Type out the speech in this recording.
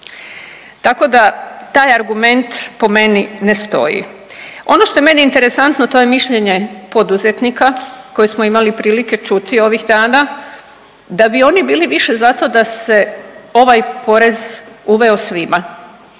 tako da taj argument po meni ne stoji. Ono što je meni interesantno, to je mišljenje poduzetnika koji smo imali prilike čuti ovih dana, da bi oni bili više za to da se ovaj porez uveo svima.